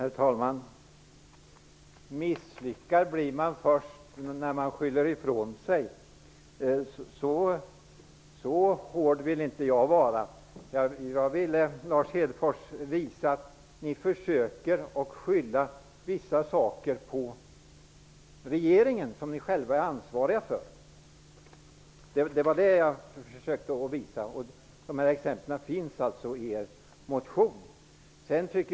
Herr talman! ''Misslyckad blir man först när man skyller ifrån sig.'' Så hård ville inte jag vara. Jag ville visa att ni socialdemokrater försöker skylla vissa saker på regeringen som ni själva är ansvariga för. Exemplen finns alltså i er motion.